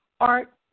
art